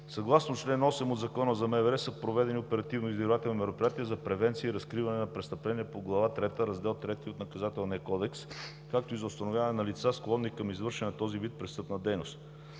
Съгласно чл. 8 от Закона за МВР са проведени оперативно-издирвателни мероприятия за превенция и разкриване на престъпление по Глава 3, Раздел 3 от Наказателния кодекс, както и за установяване на лица, склонни към извършване на този вид престъпна дейност.